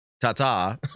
ta-ta